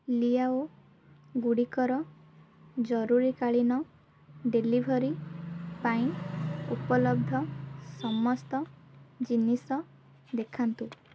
ଲିଆଓ ଗୁଡ଼ିକର ଜରୁରୀକାଳୀନ ଡେଲିଭରି ପାଇଁ ଉପଲବ୍ଧ ସମସ୍ତ ଜିନିଷ ଦେଖାନ୍ତୁ